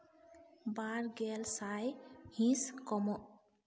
ᱵᱟᱨ ᱜᱮᱞ ᱥᱟᱭ ᱦᱤᱸᱥ ᱠᱚᱢᱚᱜ